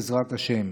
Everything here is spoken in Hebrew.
בעזרת השם,